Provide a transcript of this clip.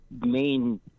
main